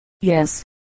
Yes